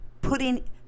putting